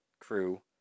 crew